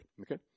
Okay